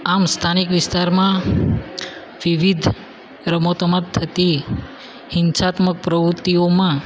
આમ સ્થાનિક વિસ્તારમાં વિવિધ રમતોમાં થતી હિંસાત્મક પ્રવૃત્તિઓમાં